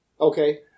Okay